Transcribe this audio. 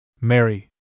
Mary